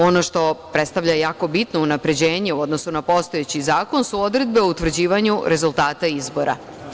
Ono što predstavlja jako bitno unapređenje u odnosu na postojeći zakon su odredbe o utvrđivanju rezultata izbora.